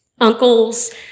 uncles